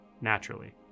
naturally